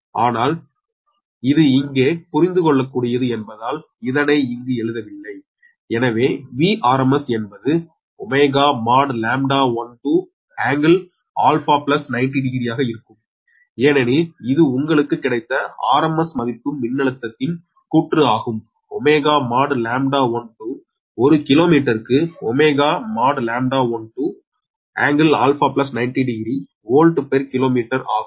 ஆனால் இது இங்கே புரிந்துகொள்ளக்கூடியது என்பதால் இதனை இங்கு எழுதவில்லை எனவே Vrms என்பது ω| λ12 | ∟α 900 ஆக இருக்கும் ஏனெனில் இது உங்களுக்குக் கிடைத்த RMS மதிப்பு மின்னழுத்தத்தின் கூற்று ஆகும் ω | λ12 | ஒரு கிலோமீட்டருக்கு ω |λ12| ∟α900 வோல்ட் பெர் கிலோமீட்டர் ஆகும்